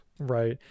Right